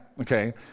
Okay